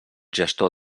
gestor